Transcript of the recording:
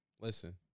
Listen